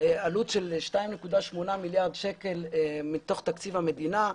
עלות של 2.8 מיליארד שקלים מתוך תקציב המדינה.